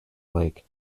lake